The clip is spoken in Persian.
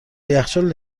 یخچال